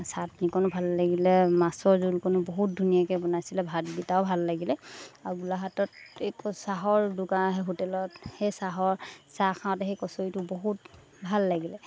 চাটনিকণো ভাল লাগিলে মাছৰ জোলকণো বহুত ধুনীয়াকৈ বনাইছিলে ভাতকেইটাও ভাল লাগিলে আৰু গোলাঘাটত এই ক চাহৰ দোকান হোটেলত সেই চাহৰ চাহ খাওঁতে সেই কচৰিটো বহুত ভাল লাগিলে